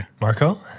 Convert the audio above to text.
Marco